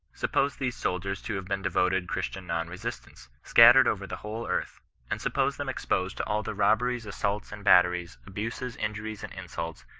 suppose these soldiers to have been devoted christian non-resistants, scattered over the whole earth and suppose them exposed to all the robberies, assaults, and batteries, abuses, injuries, and insults,